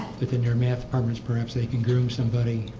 if in your math departments perhaps they can groom somebody.